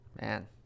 Man